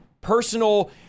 personal